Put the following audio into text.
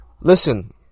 Listen